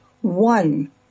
one